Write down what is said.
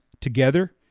together